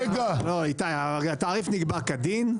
התעריף נקבע כדין.